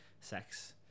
sex